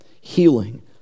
Healing